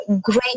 great